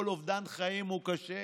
כל אובדן חיים הוא קשה,